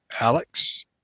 Alex